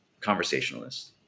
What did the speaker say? conversationalist